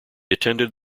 attended